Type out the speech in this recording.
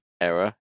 error